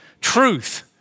truth